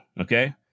okay